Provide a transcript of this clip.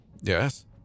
Yes